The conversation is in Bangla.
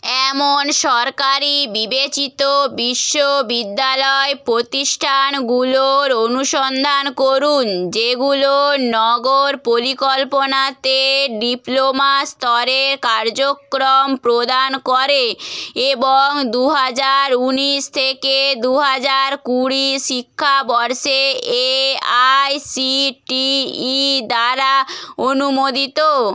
এমন সরকারি বিবেচিত বিশ্ববিদ্যালয় প্রতিষ্ঠানগুলোর অনুসন্ধান করুন যেগুলো নগর পরিকল্পনাতে ডিপ্লোমা স্তরের কার্যক্রম প্রদান করে এবং দু হাজার উনিশ থেকে দু হাজার কুড়ি শিক্ষাবর্ষে এআইসিটিই দ্বারা অনুমোদিত